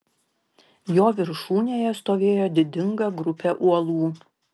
jo viršūnėje stovėjo didinga grupė uolų